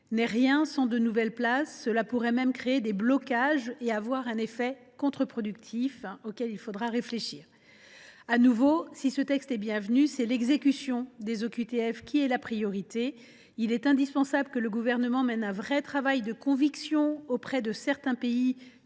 n’est rien sans de nouvelles places. Il pourrait même créer des blocages et avoir un effet contre productif, auquel il faudra réfléchir. Si ce texte est bienvenu, c’est l’exécution des OQTF qui est la priorité. Il est indispensable que le Gouvernement mène un véritable travail de conviction auprès de certains pays